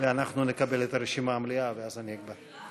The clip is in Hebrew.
ואנחנו נקבל את הרשימה המלאה, ואז אני אקבע.